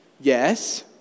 Yes